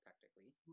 technically